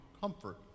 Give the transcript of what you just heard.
comfort